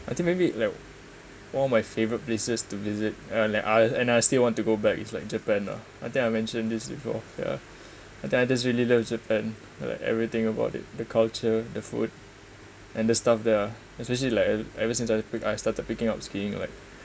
I think maybe like one of my favourite places to visit and I like and I still want to go back it's like japan lah I think I mentioned this before ya I think I just really love japan like everything about it the culture the food and the stuff ya especially like ever since I pick I started picking up skiing like